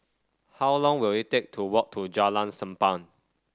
how long will it take to walk to Jalan Sappan